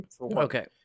Okay